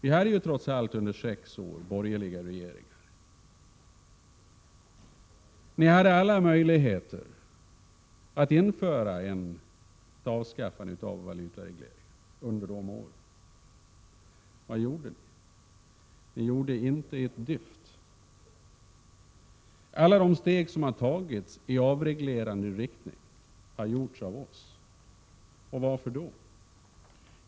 Vi hade trots allt under sex år borgerliga regeringar. Ni hade alla möjligheter att avskaffa valutaregleringen under dessa år. Vad gjorde ni? Inte ett dyft! Alla de steg som har tagits i avreglerande riktning har tagits av oss. Varför?